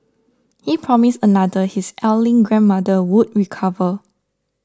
he promised another his ailing grandmother would recover